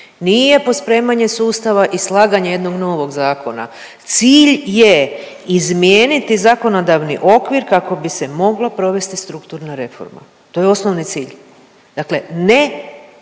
nije pospremanje sustava i slaganje jednog novog zakona. Cilj je izmijeniti zakonodavni okvir kako bi se moglo provesti strukturna reforma. To je osnovni cilj. Dakle, ne